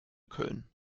köln